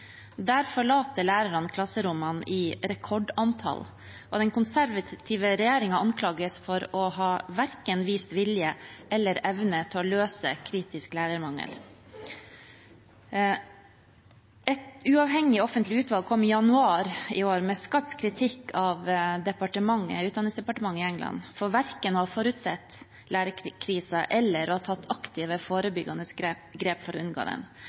Der forlater lærerne klasserommene i rekordantall. Den konservative regjeringen anklages for ikke å ha vist vilje eller evne til å løse den kritiske lærermangelen. Et uavhengig offentlig utvalg kom i januar i år med skarp kritikk av utdanningsdepartementet i England for verken å ha forutsett lærerkrisen eller tatt aktive, forebyggende grep for å unngå den.